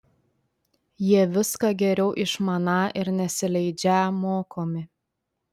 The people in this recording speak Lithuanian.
jie viską geriau išmaną ir nesileidžią mokomi